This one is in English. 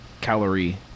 calorie